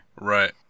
Right